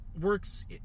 works